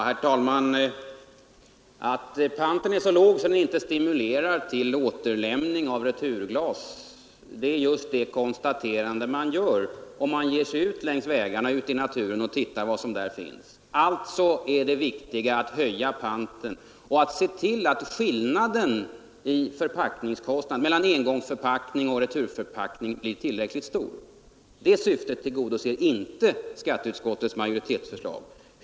Herr talman! Att panten är så låg, att den inte stimulerar till återlämning av returglas, är just det konstaterande man gör om man ger sig ut längs vägarna ute i naturen och tittar på vad som där finns. Alltså är det viktiga att höja panten och att se till att skillnaden i förpackningskostnad mellan engångsförpackningar och returförpackningar blir tillräckligt stor. Det syftet tillgodoser inte skatteutskottets majoritetsförslag.